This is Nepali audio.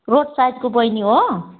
रोडसाइडको बहिनी हो